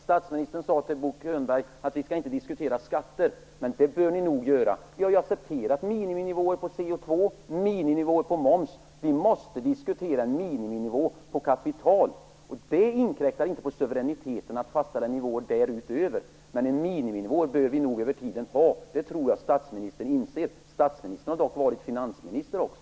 Statsministern sade till Bo Könberg att de inte skall diskutera skatter, men det bör ni nog göra. Vi har ju accepterat miniminivåer på CO2 och miniminivåer på moms. Nu måste vi diskutera en miniminivå på kapital. Det inkräktar inte på suveräniteten att fastställa nivåer därutöver, men en miniminivå behöver vi nog över tiden ha. Det tror jag att statsministern inser. Statsministern har dock varit finansminister också.